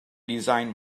design